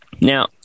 Now